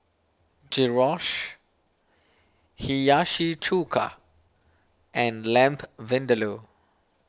Gyros Hiyashi Chuka and Lamb Vindaloo